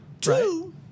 Two